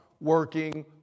working